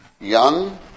young